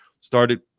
started –